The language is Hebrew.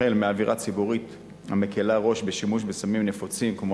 החל מהאווירה הציבורית המקלה ראש בשימוש בסמים נפוצים כמו